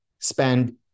spend